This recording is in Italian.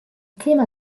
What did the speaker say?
clima